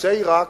יוצא עירק,